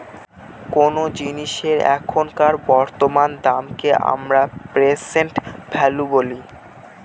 কোনো জিনিসের এখনকার বর্তমান দামকে আমরা প্রেসেন্ট ভ্যালু বলি